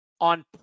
on